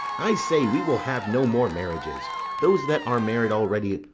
i say, we will have no more marriages those that are married already,